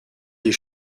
die